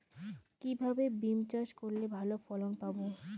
কিভাবে বিম চাষ করলে ভালো ফলন পাব?